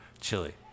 chili